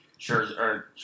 Sure